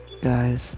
Guys